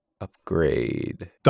upgrade